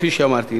כפי שאמרתי,